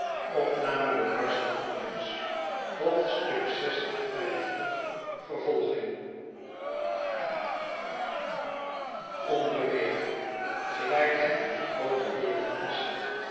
vervolging onbeweeglijk gelijk het in de groote wereld past